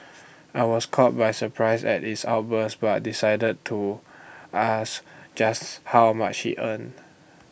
I was caught by surprise at his outburst but decided to ask just how much he earned